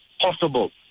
possible